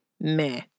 meh